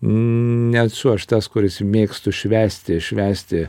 nesu aš tas kuris mėgstu švęsti švęsti